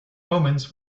moments